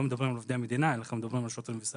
מדברים על עובדי המדינה אלא אנחנו מדברים על שוטרים וסוהרים,